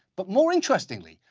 but more interestingly,